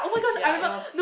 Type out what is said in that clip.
ya it was